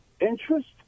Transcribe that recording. interest